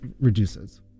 reduces